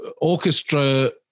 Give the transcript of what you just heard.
orchestra